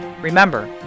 Remember